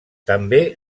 també